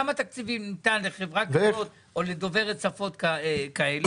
כמה תקציבים ניתן לחברה כזאת או לדוברות שפות כאלה?